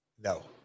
No